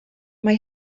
mae